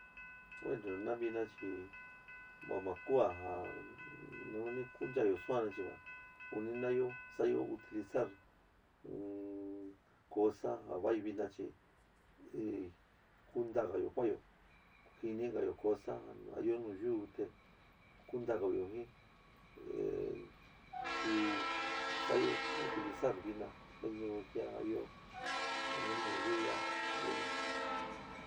Bueno na vina chi va ma kua ja nanani kuncha'ayo suan chi va kuni naɨɨyo sa'ayo utilizar in cosa ja vai vina chi kuúntaágayo kua'ayo jɨnigayo cosa a ɨó nu yɨu te kuúntagayo jin ehh ku sa'ayo utilizar vina tecnología ɨo nu yíu ya'a vina.